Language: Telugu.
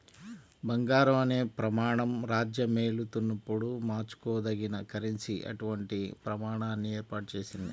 బంగారం అనే ప్రమాణం రాజ్యమేలుతున్నప్పుడు మార్చుకోదగిన కరెన్సీ అటువంటి ప్రమాణాన్ని ఏర్పాటు చేసింది